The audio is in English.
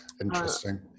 Interesting